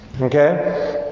Okay